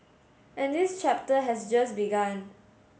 and this chapter has just begun